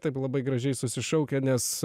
taip labai gražiai susišaukia nes